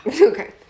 Okay